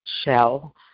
shell